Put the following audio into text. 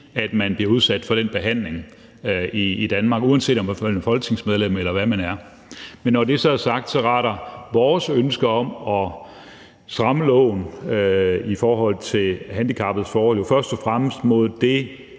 at man bliver udsat for den behandling i Danmark, uanset om man er folketingsmedlem, eller hvad man er. Men når det så er sagt, retter vores ønske om at stramme loven i forhold til handicappedes forhold sig jo først og fremmest mod de